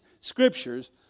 Scriptures